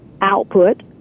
output